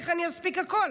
איך אני אספיק הכול?